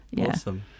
Awesome